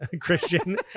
Christian